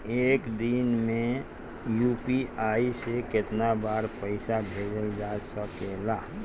एक दिन में यू.पी.आई से केतना बार पइसा भेजल जा सकेला?